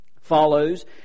follows